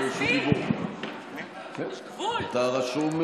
ביפו הרביצו לו, הרביצו לו מכות.